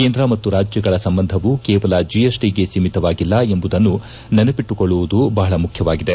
ಕೇಂದ್ರ ಮತ್ತು ರಾಜ್ಯಗಳ ಸಂಬಂಧವು ಕೇವಲ ಜಿಎಸ್ಟಗೆ ಸೀಮಿತವಾಗಿಲ್ಲ ಎಂಬುದನ್ನು ನೆನಟ್ಟುಕೊಳ್ಳುವುದು ಬಹಳ ಮುಖ್ಯವಾಗಿದೆ